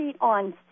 on